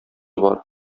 бар